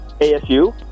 ASU